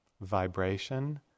vibration